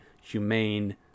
humane